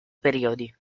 periodi